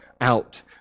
out